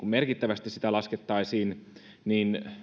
merkittävästi hakkuutasoa laskettaisiin niin